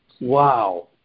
Wow